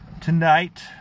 Tonight